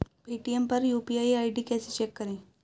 Paytm पर UPI ID कैसे check करें?